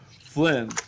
Flynn